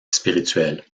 spirituel